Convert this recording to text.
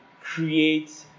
create